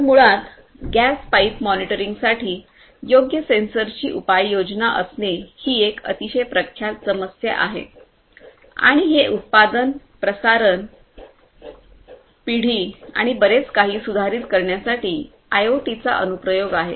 तर मुळात gas pipe मॉनिटरिंगसाठी योग्य सेन्सरची उपाययोजना असणे ही एक अतिशय प्रख्यात समस्या आहे आणि हे उत्पादन प्रसारण पिढी आणि बरेच काही सुधारित करण्यासाठी आय ओ टी चा अनुप्रयोग आहे